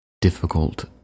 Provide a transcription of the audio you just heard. difficult